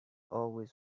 always